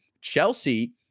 Chelsea